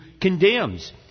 condemns